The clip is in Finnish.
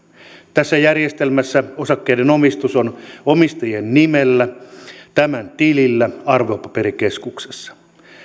tässä järjestelmässä osakkeiden omistus on omistajien nimellä tämän tilillä arvopaperikeskuksessa